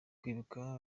kwibuka